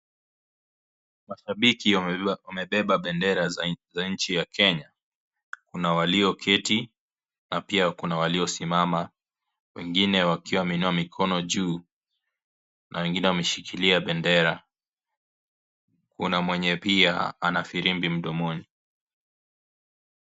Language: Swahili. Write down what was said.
Mashabiki wamebeba bendera za nchi ya Kenya, kuna walio keti na pia kuna waliosimama, wengine wakiwa wameinua mikono juu na wengine wameshikilia bendera ,kuna mwenye pia ana firimbi mdomoni.